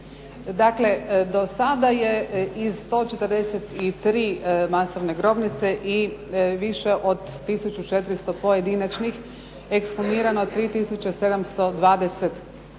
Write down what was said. Dakle, do sada je iz 143 masovne grobnice i više od 1400 pojedinačnih ekshumirano 3720